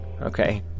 Okay